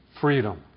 freedom